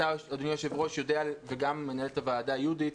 אתה אדוני היושב-ראש וגם מנהלת הוועדה יהודית,